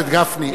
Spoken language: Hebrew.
חבר הכנסת גפני,